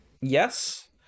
yes